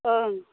ओं